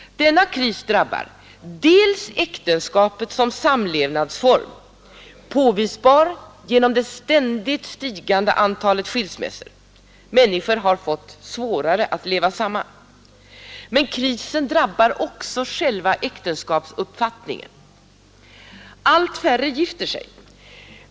Denna kris drabbar äktenskapet som samlevnadsform — påvisbar genom det ständigt stigande antalet skilsmässor. Människor har fått svårare att leva samman. Men krisen drabbar också själva äktenskapsuppfattningen. Allt färre gifter sig.